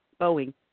Boeing